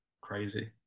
crazy